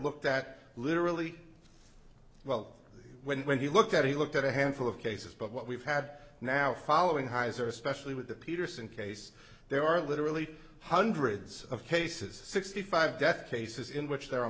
looked at literally well when when he looked at he looked at a handful of cases but what we've had now following hisor especially with the peterson case there are literally hundreds of cases sixty five death cases in which there are